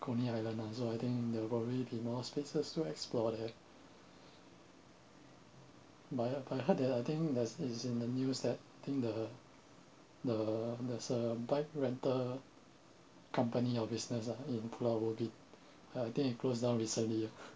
coney island ah so I think there will probably be more spaces to explore there but but I heard that I think there is in the new setting the the there's a bike rental company or business ah in pulau ubin I think it close down recently ah